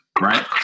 Right